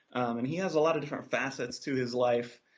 and he has a lot of different facets to his life,